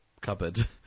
cupboard